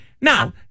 Now